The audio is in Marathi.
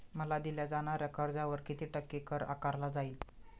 मला दिल्या जाणाऱ्या कर्जावर किती टक्के कर आकारला जाईल?